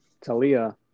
Talia